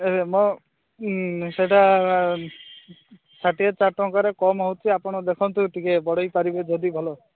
ମୋ ସେଇଟା ଷାଠିଏ ଚାରି ଟଙ୍କାରେ କମ ହେଉଛି ଆପଣ ଦେଖନ୍ତୁ ଟିକେ ବଢ଼େଇ ପାରିବେ ଯଦି ଭଲ